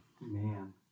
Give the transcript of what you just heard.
Man